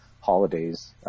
holidays